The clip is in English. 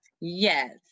Yes